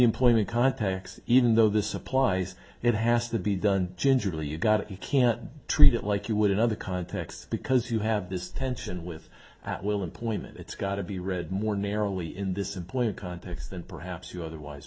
employment contacts even though this applies it has to be done gingerly you got it you can't treat it like you would in other contexts because you have this tension with at will employment it's got to be read more narrowly in this important context and perhaps you otherwise